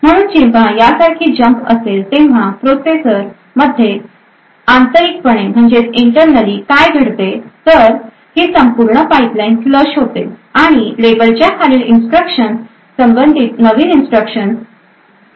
म्हणून जेव्हा या सारखी जम्प असेल तेव्हा प्रोसेसर मध्ये आंतरिकपणे काय घडते तर ही संपूर्ण पाइपलाइन फ्लश होते आणि लेबलच्या खालील इन्स्ट्रक्शन्स संबंधित नवीन इन्स्ट्रक्शन्स मेमरीमधून प्राप्त होतील